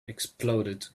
exploded